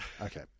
Okay